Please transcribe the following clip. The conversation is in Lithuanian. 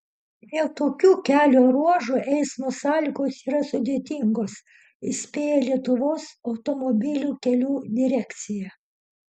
dėl tokių kelio ruožų eismo sąlygos yra sudėtingos įspėja lietuvos automobilių kelių direkcija